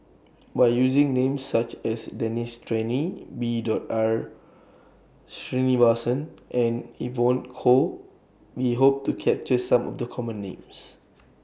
By using Names such as Denis Santry B Dot R Sreenivasan and Evon Kow We Hope to capture Some of The Common Names